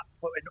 putting